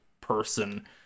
person